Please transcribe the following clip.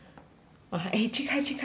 !wah! eh 去开去开去开